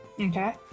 okay